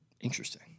Interesting